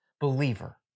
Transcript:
believer